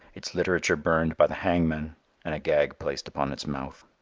its literature burned by the hangman and a gag placed upon its mouth.